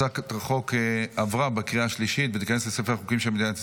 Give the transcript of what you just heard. הצעת החוק עברה בקריאה השלישית ותיכנס לספר החוקים של מדינת ישראל.